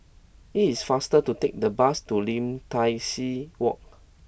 It is faster to take the bus to Lim Tai See Walk